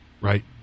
right